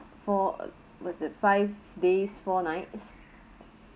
for uh was the five days four nights